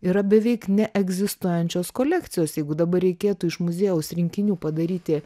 yra beveik neegzistuojančios kolekcijos jeigu dabar reikėtų iš muziejaus rinkinių padaryti